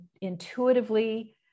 intuitively